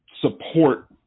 support